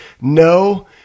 no